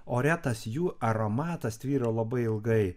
ore tas jų aromatas tvyro labai ilgai